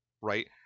Right